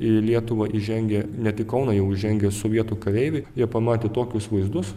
į lietuvą įžengė net į kauną jau įžengė sovietų kareiviai jie pamatė tokius vaizdus